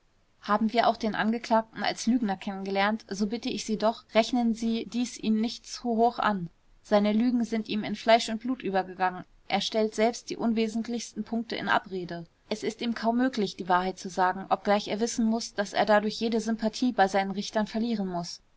haben wir auch den angeklagten als lügner kennengelernt so bitte ich sie doch rechnen sie dies ihm nicht zu hoch an seine lügen sind ihm in fleisch und blut übergegangen er stellt selbst die unwesentlichsten punkte in abrede es ist ihm kaum möglich die wahrheit zu sagen obgleich er wissen muß daß er dadurch jede sympathie bei seinen richtern verlieren muß